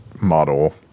model